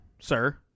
Sir